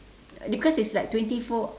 because it's like twenty four